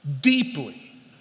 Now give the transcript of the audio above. deeply